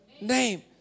name